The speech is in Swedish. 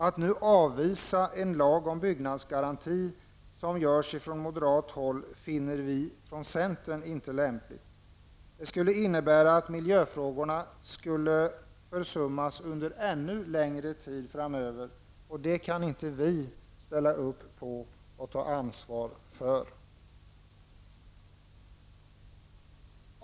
Att nu avvisa en lag om byggnadsgaranti, som görs från moderat håll, finner vi från centern inte lämpligt. Det skulle innebära att miljöfrågorna skulle försummas under ännu längre tid framöver. Det kan vi inte ställa upp på och ta ansvar för.